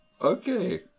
Okay